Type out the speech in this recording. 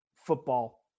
football